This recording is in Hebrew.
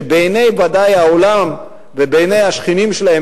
שבעיני העולם ודאי ובעיני השכנים שלהם